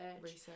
Research